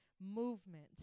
movement